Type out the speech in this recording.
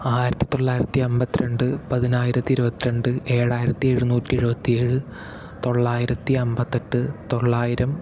ആയിരത്തി തൊള്ളായിരത്തി അമ്പത്തി രണ്ട് പതിനായിരത്തി ഇരുപത്തി രണ്ട് ഏഴായിരത്തി എഴുന്നൂറ്റി എഴുപത്തി ഏഴ് തൊള്ളായിരത്തി അമ്പത്തെട്ട് തൊള്ളായിരം